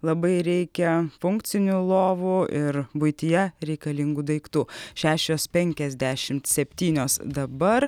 labai reikia funkcinių lovų ir buityje reikalingų daiktų šešios penkiasdešimt septynios dabar